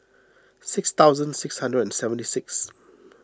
six thousand six hundred and seventy six